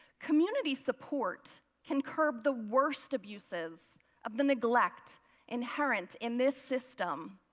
community support can curb the worst abuses of the neglect inherent in this system,